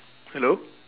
hello